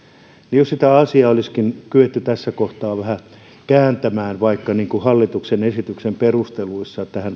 että sitä asiaa olisikin kyetty tässä kohtaa vaikka hallituksen esityksen perusteluissa